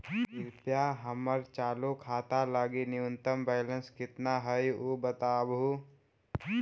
कृपया हमर चालू खाता लगी न्यूनतम बैलेंस कितना हई ऊ बतावहुं